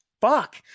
fuck